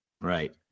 Right